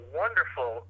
wonderful